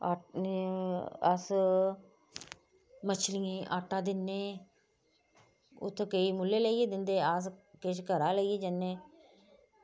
अस मछलियें आटा दिन्ने उत्थै केई मुल्लें लेइयै दिंदे किश घरा लेइयै जन्ने